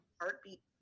heartbeat